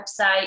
website